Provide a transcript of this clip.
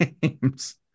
games